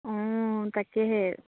অঁ তাকেহে